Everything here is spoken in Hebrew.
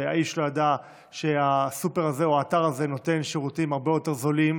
ואיש לא ידע שהסופר הזה או האתר הזה נותן שירותים הרבה יותר זולים.